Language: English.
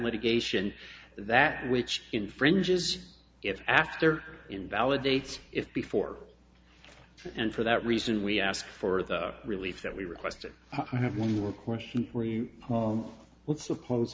litigation that which infringes if after invalidate it before and for that reason we ask for the relief that we requested i have one more question for you let's suppose